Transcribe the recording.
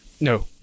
No